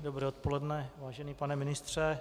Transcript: Dobré odpoledne, vážený pane ministře.